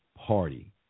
party